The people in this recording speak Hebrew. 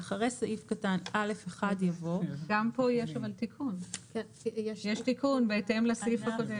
גם כאן יש תיקון בהתאם לסעיף הקודם.